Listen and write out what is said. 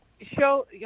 show